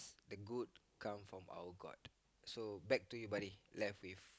the good come from our god so back to you buddy left with